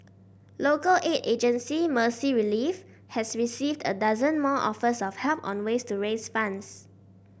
local aid agency Mercy Relief has received a dozen more offers of help on ways to raise funds